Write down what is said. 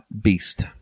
beast